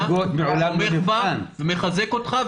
אני תומך בה ומחזק אותך.